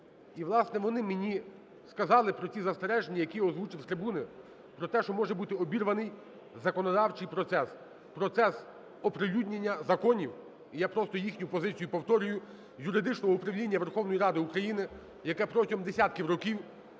мені вони сказали про ці застереження, які я озвучив з трибуни, про те, що може бути обірваний законодавчий процес – процес оприлюднення законів. І я просто їхню позицію повторюю, юридичного управління Верховної Ради України, яке протягом десятків років